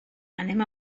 anem